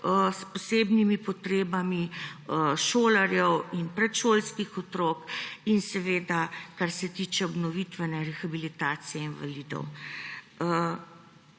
s posebnimi potrebami, šolarjev in predšolskih otrok, in seveda kar se tiče obnovitvene rehabilitacije invalidov.